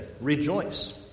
rejoice